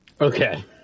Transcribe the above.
Okay